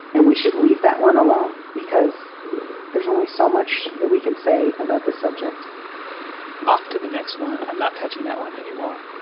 and we should leave that one alone because there's only so much that we can say about the subject off to the next one i'm not touching that one anymore,